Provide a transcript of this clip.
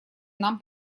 нам